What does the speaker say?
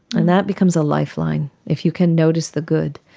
and that becomes a lifeline, if you can notice the good.